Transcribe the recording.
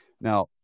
Now